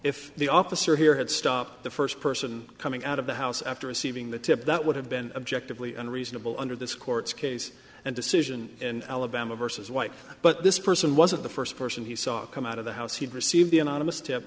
if the officer here had stopped the first person coming out of the house after receiving the tip that would have been objectively unreasonable under this court's case and decision in alabama vs white but this person wasn't the first person he saw come out of the house he'd received the anonymous tip